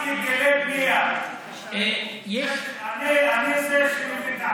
רק היטלי בנייה, אני זה שמביא את החוק.